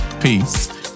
peace